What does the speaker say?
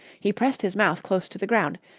he pressed his mouth close to the ground,